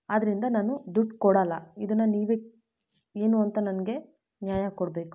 ಆದ್ದರಿಂದ ನಾನು ದುಡ್ಡು ಕೊಡೋಲ್ಲ ಇದನ್ನ ನೀವೇ ಏನು ಅಂತ ನನಗೆ ನ್ಯಾಯ ಕೊಡಬೇಕು